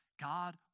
God